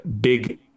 big